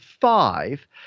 five